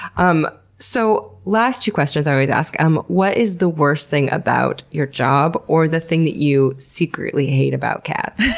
um so last two questions i always ask, um what is the worst thing about your job or the thing that you secretly hate about cats?